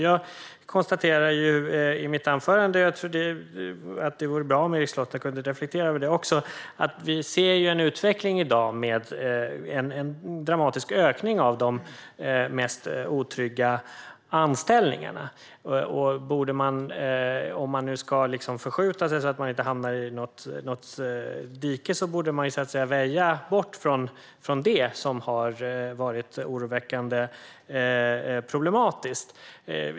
Jag konstaterade i mitt anförande, och det vore bra om Erik Slottner kunde reflektera över det, att vi ser en utveckling i dag med en dramatisk ökning av de mest otrygga anställningarna. Om man ska förskjuta det så att man inte hamnar i något dike borde man väja bort från det som har varit oroväckande problematiskt.